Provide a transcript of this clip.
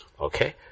Okay